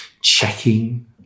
checking